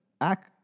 act